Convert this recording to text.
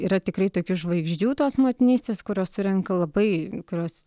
yra tikrai tokių žvaigždžių tos motinystės kurios surenka labai kurios